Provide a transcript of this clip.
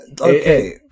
okay